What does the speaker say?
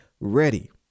ready